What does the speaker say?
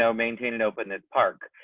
so maintain it. open the park.